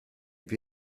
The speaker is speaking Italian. più